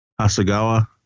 Asagawa